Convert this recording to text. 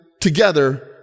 together